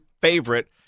favorite